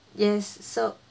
yes so